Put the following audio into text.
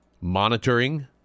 monitoring